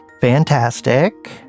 Fantastic